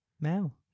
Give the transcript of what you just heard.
Mel